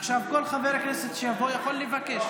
עכשיו כל חבר כנסת שיבוא יכול לבקש.